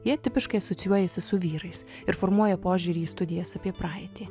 jie tipiškai asocijuojasi su vyrais ir formuoja požiūrį į studijas apie praeitį